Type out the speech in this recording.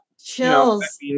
Chills